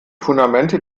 fundamente